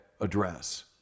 address